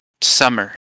summer